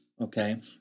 Okay